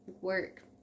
work